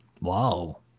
Wow